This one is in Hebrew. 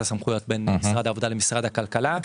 הסמכויות בין משרד העבודה למשרד הכלכלה,